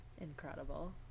Incredible